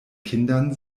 kindern